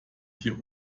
hier